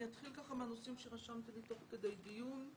אני אתחיל מהנושאים שרשמתי לי תוך כדי דיון.